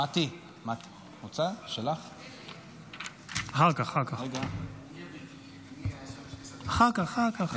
תודה רבה, אדוני היושב-ראש.